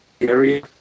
area